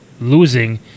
losing